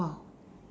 !wow!